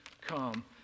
come